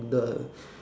the